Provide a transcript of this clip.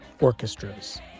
orchestras